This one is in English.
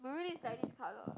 Maroon is like this colour